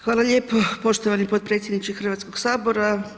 Hvala lijepo poštovani potpredsjedniče Hrvatskog sabora.